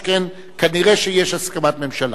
שכן כנראה שיש הסכמת ממשלה.